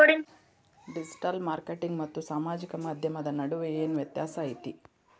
digital marketing ಮತ್ತ ಸಾಮಾಜಿಕ ಮಾಧ್ಯಮದ ನಡುವ ಏನ್ ವ್ಯತ್ಯಾಸ ಐತಿ